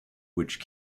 which